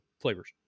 flavors